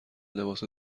لباس